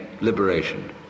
liberation